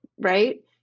right